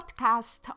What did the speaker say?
podcast